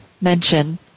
mention